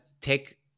take